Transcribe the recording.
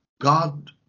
god